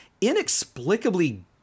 inexplicably